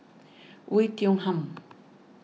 Oei Tiong Ham